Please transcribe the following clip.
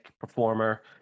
performer